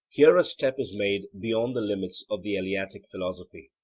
here a step is made beyond the limits of the eleatic philosophy.